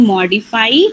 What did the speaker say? Modify।